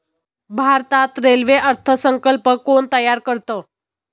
भारतात रेल्वे अर्थ संकल्प कोण तयार करतं?